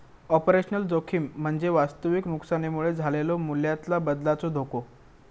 operational जोखीम म्हणजे वास्तविक नुकसानीमुळे झालेलो मूल्यातला बदलाचो धोको